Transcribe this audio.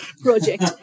project